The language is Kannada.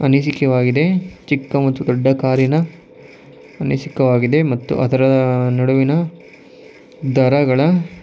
ಅನಿಸಿಕೆವಾಗಿದೆ ಚಿಕ್ಕ ಮತ್ತು ದೊಡ್ಡ ಕಾರಿನ ಅನಿಸಿಕೆವಾಗಿದೆ ಮತ್ತು ಅದರ ನಡುವಿನ ದರಗಳ